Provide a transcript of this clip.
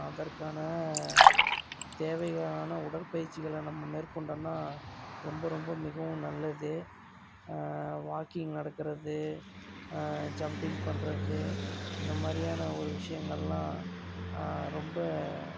அதற்கான தேவைகளான உடற்பயிற்சிகளை நம்ம மேற்கொண்டோம்னா ரொம்ப ரொம்ப மிகவும் நல்லது வாக்கிங் நடக்கறது ஜம்பிங் பண்ணுறது இந்த மாதிரியான ஒரு விஷயங்கள்லாம் ரொம்ப